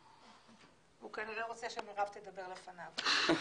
הוא כנראה רוצה שמירב תדבר לפניו.